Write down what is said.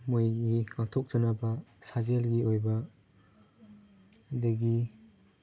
ꯃꯣꯏꯒꯤ ꯉꯥꯛꯊꯣꯛꯆꯅꯕ ꯁꯥꯖꯦꯜꯒꯤ ꯑꯣꯏꯕ ꯑꯗꯒꯤ